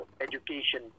education